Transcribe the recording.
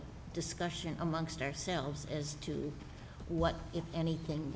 a discussion amongst ourselves as to what if anything